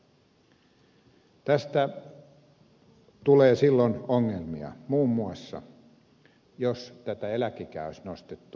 tästä tulee silloin ongelmia muun muassa jos tätä eläkeikää olisi nostettu